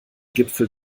gipfel